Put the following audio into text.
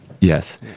Yes